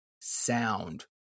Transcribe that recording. sound